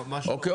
ממש לא, ממש לא,